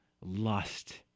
lust